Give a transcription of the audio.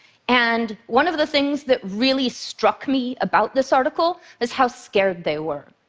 and one of the things that really struck me about this article is how scared they were.